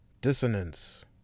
Dissonance